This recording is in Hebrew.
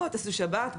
בואו תעשו שבת,